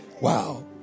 Wow